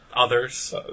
Others